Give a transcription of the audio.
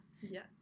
Yes